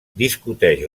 discuteix